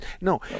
No